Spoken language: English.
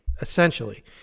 essentially